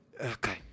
Okay